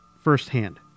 firsthand